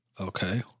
Okay